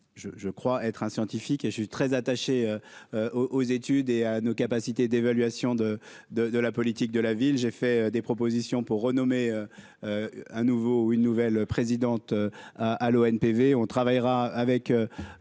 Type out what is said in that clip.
je crois être un scientifique et je suis très attaché aux études et à nos capacités d'évaluation de, de, de la politique de la ville, j'ai fait des propositions pour renommer un nouveau ou une nouvelle présidente à à l'ONPV, on travaillera avec